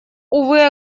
увы